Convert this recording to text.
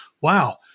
wow